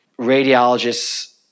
radiologists